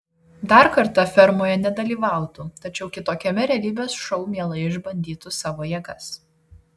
dar kartą fermoje nedalyvautų tačiau kitokiame realybės šou mielai išbandytų savo jėgas